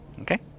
okay